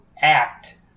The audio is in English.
act